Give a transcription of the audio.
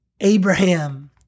Abraham